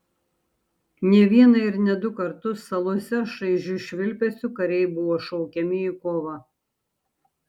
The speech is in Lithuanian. ne vieną ir ne du kartus salose šaižiu švilpesiu kariai buvo šaukiami į kovą